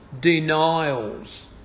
denials